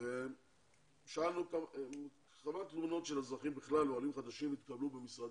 אותם כמה תלונות של אזרחים בכלל או של עולים חדשים התקבלו במשרדם.